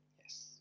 Yes